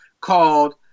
called